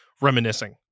reminiscing